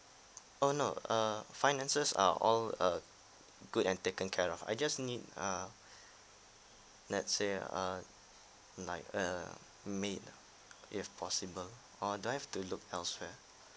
oh no err finances are all uh good and taken care of I just need ah let's say uh like a maid if possible or do I have to look elsewhere